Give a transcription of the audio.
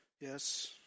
Yes